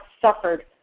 suffered